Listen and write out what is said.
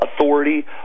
authority